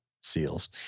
seals